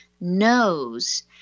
knows